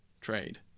trade